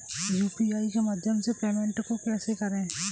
UPI के माध्यम से पेमेंट को कैसे करें?